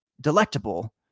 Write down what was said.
delectable